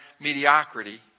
mediocrity